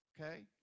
Okay